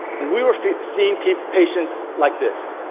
and we were seeing patients like this.